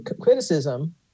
criticism